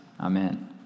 amen